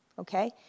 Okay